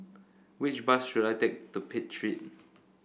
which bus should I take to Pitt Street